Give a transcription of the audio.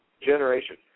generation